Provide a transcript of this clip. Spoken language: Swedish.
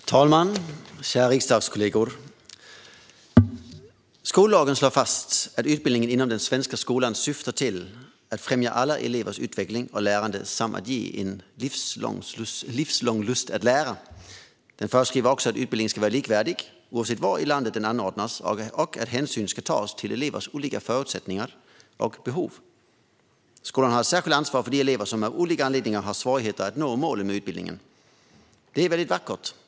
Fru talman och kära riksdagskollegor! Skollagen slår fast att utbildningen inom den svenska skolan syftar till att främja alla elevers utveckling och lärande samt ge livslång lust att lära. Skollagen föreskriver att utbildningen ska vara likvärdig, oavsett var i landet den anordnas, och att hänsyn ska tas till elevernas olika förutsättningar och behov. Skolan har ett särskilt ansvar för de elever som av olika anledningar har svårigheter att nå målen med utbildningen. Det är vackert.